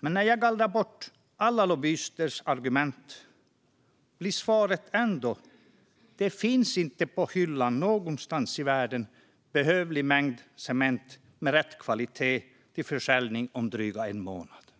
Men när jag gallrar bort alla lobbyisters argument blir svaret ändå: Det finns inte på hyllan någonstans i världen behövlig mängd cement av rätt kvalitet till försäljning om en dryg månad.